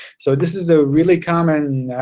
so this is a really common